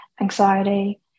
anxiety